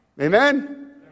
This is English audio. Amen